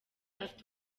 afite